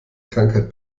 krankheit